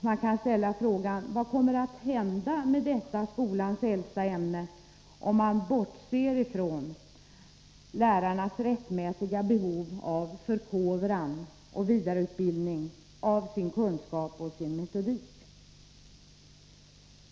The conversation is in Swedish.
Man kan ställa frågan: Vad kommer att hända med detta skolans äldsta ämne, om man bortser från lärarnas rättmätiga behov av förkovran och vidareutbildning i sin kunskap och metodik?